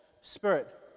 Spirit